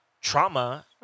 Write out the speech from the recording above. trauma